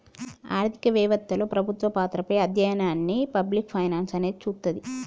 ఆర్థిక వెవత్తలో ప్రభుత్వ పాత్రపై అధ్యయనాన్ని పబ్లిక్ ఫైనాన్స్ అనేది చూస్తది